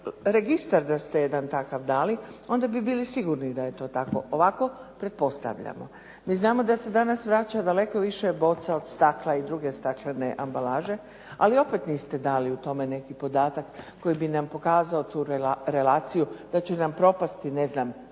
da ste jedan takav dali onda bi bili sigurni da je to tako. Ovako pretpostavljamo. Mi znamo da se danas vraća daleko više boca od stakla i druge staklene ambalaže, ali opet niste dali o tome neki podatak koji bi nam pokazao tu relaciju da će nam propasti ne znam